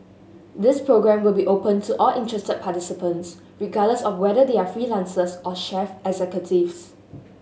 this programme will be open to all interested participants regardless of whether they are freelancers or chief executives